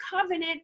covenant